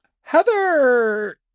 Heather